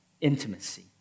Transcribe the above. intimacy